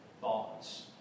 thoughts